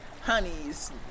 honeys